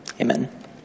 Amen